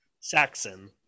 Saxon